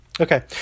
Okay